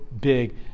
big